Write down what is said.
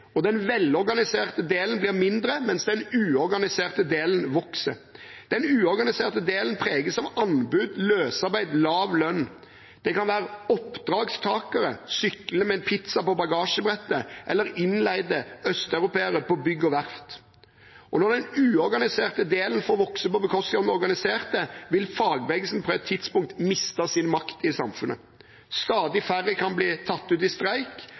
og den velorganiserte delen blir mindre, mens den uorganiserte delen vokser. Den uorganiserte delen preges av anbud, løsarbeid og lav lønn. Det kan være oppdragstakere – sykle med en pizza på bagasjebrettet – eller innleide østeuropeere på bygg og verft, og når den uorganiserte delen får vokse på bekostning av den organiserte, vil fagbevegelsen på et tidspunkt miste sin makt i samfunnet. Stadig færre kan bli tatt ut i streik,